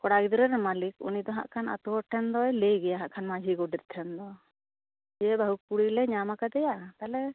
ᱠᱚᱲᱟ ᱜᱤᱫᱽᱨᱟᱹ ᱨᱮᱱ ᱢᱟᱹᱞᱤᱠ ᱩᱱᱤᱫᱚ ᱱᱟᱜᱽ ᱠᱷᱟᱱ ᱟᱛᱳ ᱦᱚᱲ ᱴᱷᱮᱱ ᱫᱚᱭ ᱞᱟᱹᱭ ᱜᱮᱭᱟ ᱦᱟᱜ ᱢᱟᱹᱡᱷᱤ ᱜᱚᱰᱮᱛ ᱫᱚ ᱡᱮ ᱵᱟᱹᱦᱩ ᱠᱩᱲᱤ ᱞᱮ ᱧᱟᱢ ᱟᱠᱟᱫᱮᱭᱟ ᱛᱟᱦᱚᱞᱮ